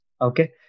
Okay